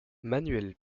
manuel